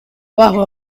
abajo